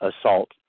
assault